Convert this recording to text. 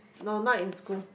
no not in school